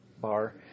bar